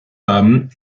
haben